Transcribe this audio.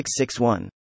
661